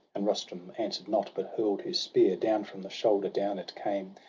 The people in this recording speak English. and rustum answer'd not, but hurl'd his spear down from the shoulder, down it came.